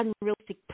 unrealistic